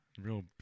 real